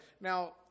Now